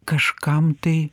kažkam tai